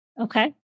Okay